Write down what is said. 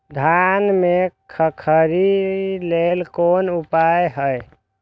धान में खखरी लेल कोन उपाय हय?